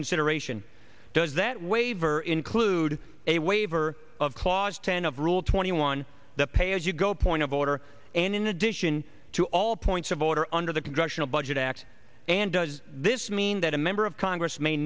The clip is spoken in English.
consideration does that waiver include a waiver of clause ten of rule twenty one the pay as you go point of order and in addition to all points of order under the congressional budget act and does this mean that a member of congress may